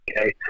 Okay